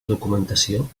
documentació